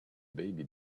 baby